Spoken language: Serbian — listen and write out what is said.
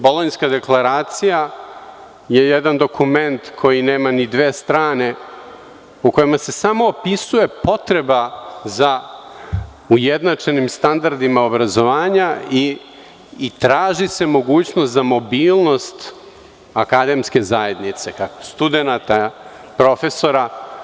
Bolonjska deklaracija je jedan dokument koji nema ni dve strane u kojima se samo opisuje potreba za ujednačenim standardima obrazovanja i traži se mogućnost za mobilnost akademske zajednice studenata, profesora.